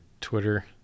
Twitter